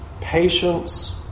patience